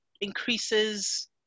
increases